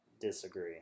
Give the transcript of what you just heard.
Disagree